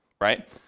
right